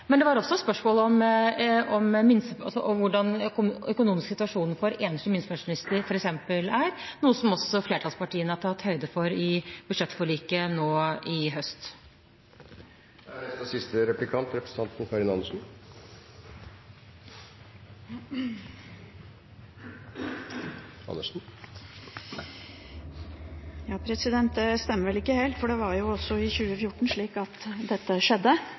Men det var f.eks. også spørsmål om hvordan den økonomiske situasjonen for enslige minstepensjonister er, noe som flertallspartiene har tatt høyde for i budsjettforliket nå i høst. Det stemmer vel ikke helt, for dette skjedde også i 2014. Da var det ikke denne statsråden som var statsråd. Men dette er altså andre år på rad, og tabellene viser at